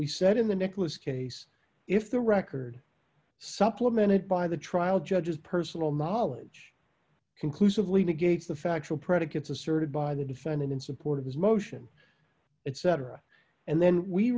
we said in the nicholas case if the record supplemented by the trial judge's personal knowledge conclusively negates the factual predicates asserted by the defendant in support of his motion it cetera and then we